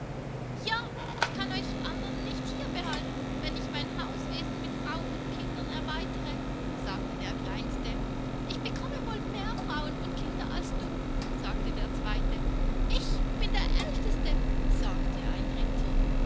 ja ich kann euch anderen nicht hier behalten wenn ich mein hauswesen mit frau und kindern erweitere sagte der kleinste ich bekomme wohl mehr frauen und kinder als du sagte der zweite ich bin der älteste sagte ein dritter